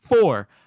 four